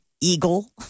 eagle